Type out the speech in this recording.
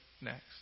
next